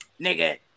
nigga